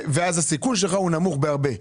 ואז הסיכון שלך הוא נמוך בהרבה.